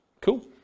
Cool